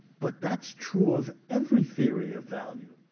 but that's true of every theory of value.